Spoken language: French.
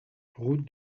route